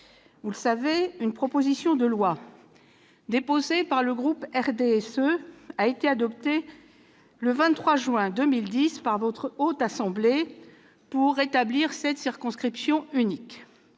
Vous le savez, une proposition de loi déposée par le groupe du RDSE a été adoptée le 23 juin 2010 par la Haute Assemblée pour rétablir cette circonscription unique.